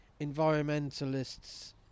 environmentalists